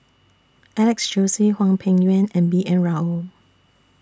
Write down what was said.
Alex Josey Hwang Peng Yuan and B N Rao